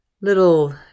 little